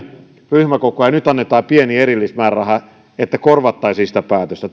ryhmäkokoja ja nyt annetaan pieni erillismääräraha niin että korvattaisiin sitä päätöstä